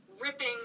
ripping